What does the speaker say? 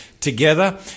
together